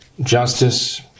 Justice